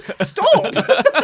Stop